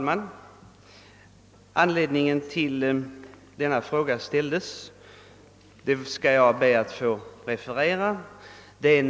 Herr talman! Jag skall be att få redogöra för anledningen till att jag ställt min fråga.